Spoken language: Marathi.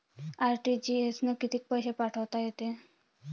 आर.टी.जी.एस न कितीक पैसे पाठवता येते?